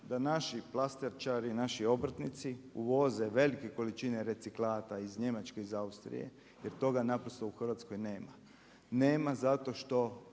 da naši plastičari, naši obrtnici uvoze velike količine reciklata iz Njemačke, iz Austrije jer toga naprosto u Hrvatskoj nema. Nema zato što